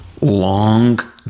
long